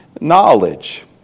knowledge